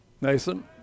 Nathan